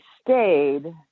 stayed